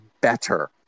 better